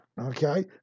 okay